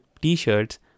t-shirts